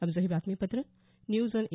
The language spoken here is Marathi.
आमचं हे बातमीपत्र न्यूज ऑन ए